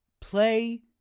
Play